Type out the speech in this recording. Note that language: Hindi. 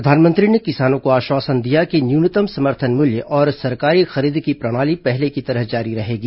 प्रधानमंत्री ने किसानों को आश्वासन दिया कि न्यूनतम समर्थन मूल्य और सरकारी खरीद की प्रणाली पहले की तरह जारी रहेगी